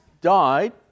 died